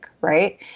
right